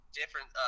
different